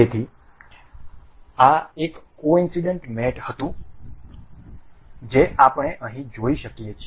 તેથી આ એક કોઇન્સડનટ મેટ હતું જે આપણે અહીં જોઈ શકીએ છીએ